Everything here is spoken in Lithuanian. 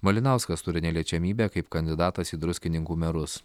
malinauskas turi neliečiamybę kaip kandidatas į druskininkų merus